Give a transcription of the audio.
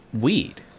weed